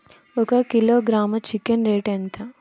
ఒక kilogram chicken rate ఎంత?